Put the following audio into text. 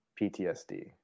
PTSD